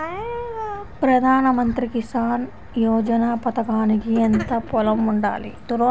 ప్రధాన మంత్రి కిసాన్ యోజన పథకానికి ఎంత పొలం ఉండాలి?